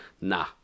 Nah